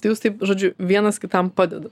tai jūs taip žodžiu vienas kitam padedat